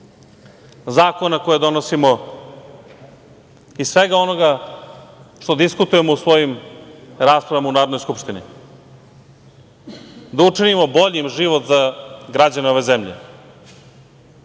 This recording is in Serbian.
zakona koje donosimo i svega onoga što diskutujemo u svojim raspravama u Narodnoj skupštini. Da učinimo boljim život građana ove zemlje,